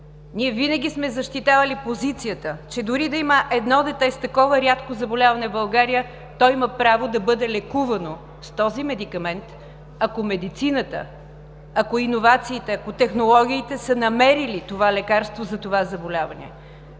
Ние винаги сме защитавали позицията, че дори да има едно дете с такова рядко заболяване в България, то има право да бъде лекувано с този медикамент, ако медицината, ако иновациите, ако технологиите са намерили това лекарство за това заболяване.